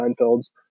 Seinfeld's